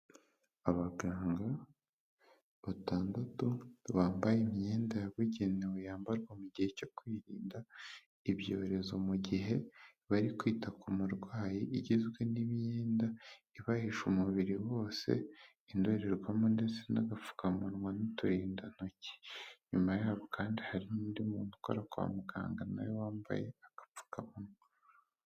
Abaganga batandatu bambaye imyenda yabugenewe yambarwa mu gihe cyo kwirinda ibyorezo mu gihe bari kwita ku murwayi, igizwe n'iyenda ibahisha umubiri wose, indorerwamo ndetse n'agapfukamunwa n'uturindantoki, nyuma yaho kandi hari n'undi muntu ukora kwa muganga na we wambaye agapfukamunwa.